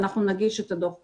אנחנו נגיש את הדוח קודם,